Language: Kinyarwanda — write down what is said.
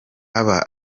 aba